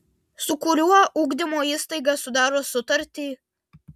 su kuriuo ugdymo įstaiga sudaro sutartį